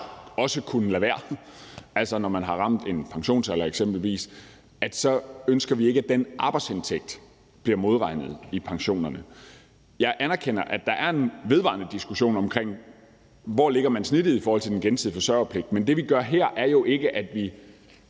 også kunne lade være, altså når man eksempelvis har ramt en pensionsalder, så ønsker vi ikke, at den arbejdsindtægt bliver modregnet i pensionerne. Jeg anerkender, at der er en vedvarende diskussion om, hvor man lægger snittet i forhold til den gensidige forsørgerpligt. Men det, vi gør her, er jo ikke, at vi